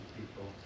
people